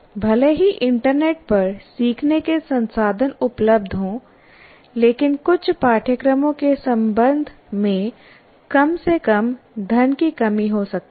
भले ही इंटरनेट पर सीखने के संसाधन उपलब्ध हों लेकिन कुछ पाठ्यक्रमों के संबंध में कम से कम धन की कमी हो सकती है